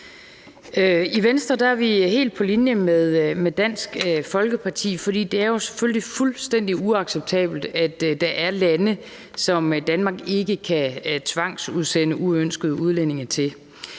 I Venstre er vi helt på linje med Dansk Folkeparti, for det er selvfølgelig fuldstændig uacceptabelt, at der er lande, som Danmark ikke kan tvangsudsende uønskede udlændinge til.